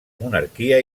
monarquia